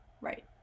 right